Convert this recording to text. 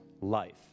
life